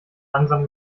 langsam